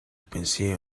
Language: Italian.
pensiero